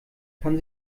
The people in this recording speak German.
kann